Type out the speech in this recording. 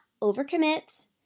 overcommit